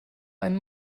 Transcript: einen